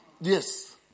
Yes